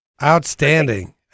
outstanding